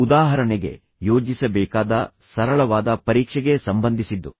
ಉದಾಹರಣೆಗೆ ಯೋಜಿಸಬೇಕಾದ ಸರಳವಾದ ಪರೀಕ್ಷೆಗೆ ಸಂಬಂಧಿಸಿದ್ದು